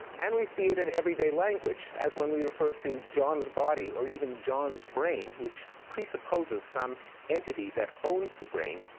and we see it in everyday language as when we refer to john's body, or even john's brain, which presupposes some entity that owns the brain,